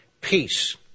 Peace